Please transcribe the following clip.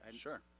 Sure